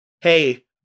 hey